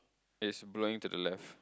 is blowing to the left